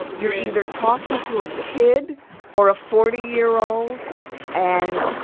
you're either talking to a kid or a forty year old and,